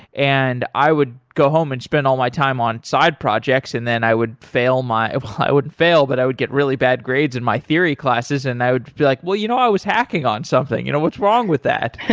and i would go home and spend all my time on side projects and then i would fail my i wouldn't fail, but i would get really bad grades in my theory classes and i would feel like, well, you know i was hacking on something. you know what's wrong with that?